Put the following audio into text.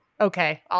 okay